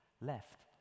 left